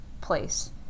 place